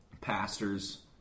pastors